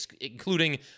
including